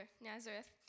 Nazareth